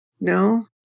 No